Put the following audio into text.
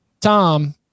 Tom